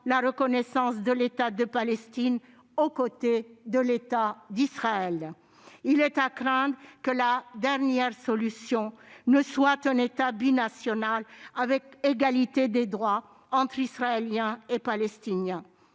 la reconnaissance de l'État de Palestine aux côtés de l'État d'Israël. Il est à craindre que la dernière solution ne soit un État binational avec égalité des droits entre Israéliens et Palestiniens